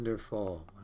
wonderful